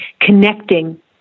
connecting